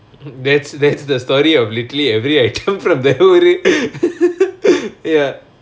that's that's the story of literally every i come from ya